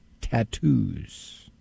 tattoos